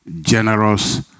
generous